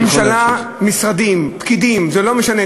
ממשלה, משרדים, פקידים, זה לא משנה.